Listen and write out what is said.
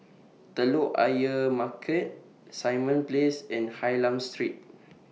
Telok Ayer Market Simon Place and Hylam Street